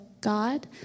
God